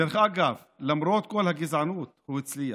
דרך אגב, למרות כל הגזענות, הוא הצליח.